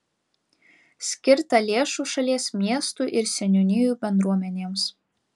skirta lėšų šalies miestų ir seniūnijų bendruomenėms